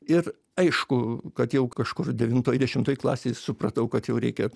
ir aišku kad jau kažkur devintoj dešimtoj klasėj supratau kad jau reikia